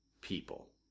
people